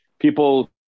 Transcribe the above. People